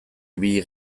ibili